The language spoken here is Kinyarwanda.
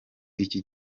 iki